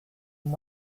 and